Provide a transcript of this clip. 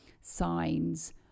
signs